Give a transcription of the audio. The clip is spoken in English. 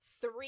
three